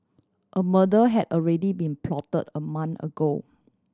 a murder had already been plot a month ago